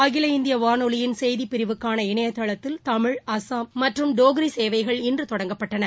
அகில இந்திய வானொலியின் செய்திப்பிரிவுக்கான இணையதளத்தில் தமிழ் அஸ்ஸாம் மற்றும் டோக்ரி சேவைகள் இன்று தொடங்கப்பட்டன